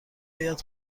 آید